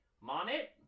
monet